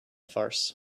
farce